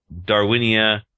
Darwinia